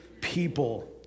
people